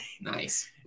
nice